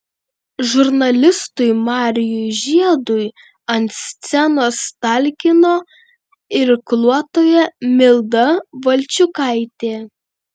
žurnalistui marijui žiedui ant scenos talkino irkluotoja milda valčiukaitė